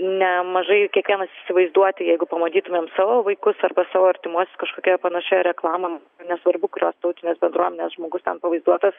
nemažai kiekvienas įsivaizduoti jeigu pamatytumėm savo vaikus arba savo artimuosius kažkokioje panašioj reklamom nesvarbu kurios tautinės bendruomenės žmogus ten pavaizduotas